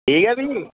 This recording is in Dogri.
ठीक ऐ फ्ही